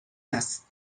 است